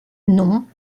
non